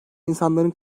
insanların